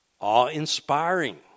awe-inspiring